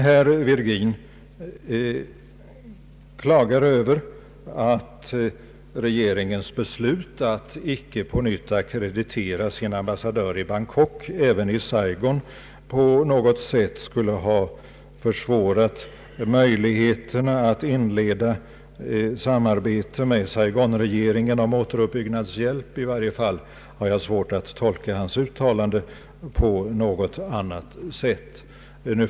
Herr Virgin klagar över att regeringens beslut att icke på nytt ackreditera sin Bangkokambassadör även i Saigon skulle ha försvårat möjligheterna att inleda samarbete med Saigonregeringen om återuppbyggnadshjälp. I varje fall har jag svårt att tolka hans uttalande på något annat sätt.